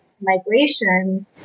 migration